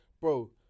bro